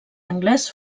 anglès